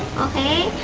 okay.